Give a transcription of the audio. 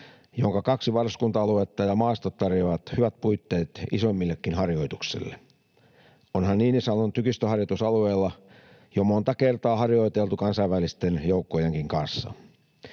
jonka kaksi varuskunta-aluetta ja maasto tarjoavat hyvät puitteet isommillekin harjoituksille, onhan Niinisalon tykistöharjoitusalueella jo monta kertaa harjoiteltu kansainvälistenkin joukkojen kanssa.